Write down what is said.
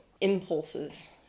impulses